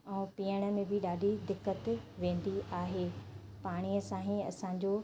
ऐं पीअण में बि ॾाढी दिक़तु वेंदी आहे पाणीअ सां ई असांजो